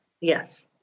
yes